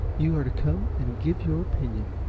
you are to come and give your opinion.